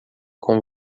com